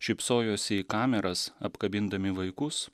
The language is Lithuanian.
šypsojosi į kameras apkabindami vaikus